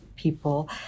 people